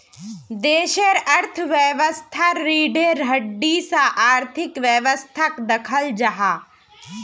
देशेर अर्थवैवास्थार रिढ़ेर हड्डीर सा आर्थिक वैवास्थाक दख़ल जाहा